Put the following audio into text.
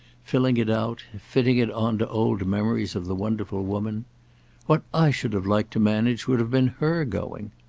filling it out, fitting it on to old memories of the wonderful woman what i should have liked to manage would have been her going.